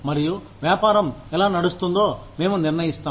మరియు వ్యాపారం ఎలా నడుస్తుందో మేము నిర్ణయిస్తాం